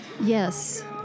yes